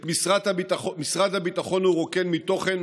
את משרד הביטחון הוא רוקן מתוכן,